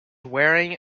wearing